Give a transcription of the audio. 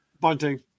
Bunting